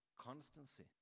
Constancy